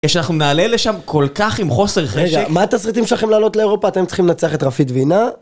כשאנחנו נעלה לשם כל כך עם חוסר חשק? רגע, מה את התסריטים שאתם צריכים לעלות לאירופה? אתם צריכים לנצח את רפיד וינה?